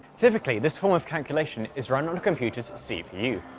typically, this form of calculation is run on a computer's cpu,